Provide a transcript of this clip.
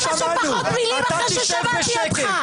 כמה שפחות מילים אחרי ששמעתי אותך.